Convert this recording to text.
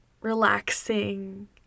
relaxing